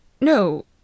No